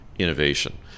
Innovation